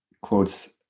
quotes